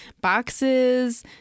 boxes